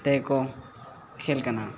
ᱛᱮᱠᱚ ᱠᱷᱮᱞ ᱠᱟᱱᱟ